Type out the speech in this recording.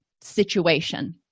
situation